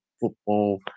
football